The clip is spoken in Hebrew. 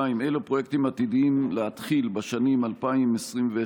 2. אילו פרויקטים עתידים להתחיל בשנים 2021,